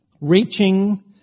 Reaching